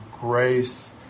grace